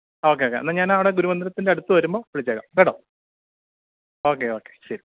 okay okay എന്നാൽ ഞാൻ അവിടെ ഗുരുമന്ദിരത്തിന്റെ അടുത്ത് വരുമ്പം വിളിച്ചേക്കാം കേട്ടോ ഓക്കെ ഓക്കെ ശരി